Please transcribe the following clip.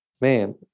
man